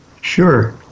Sure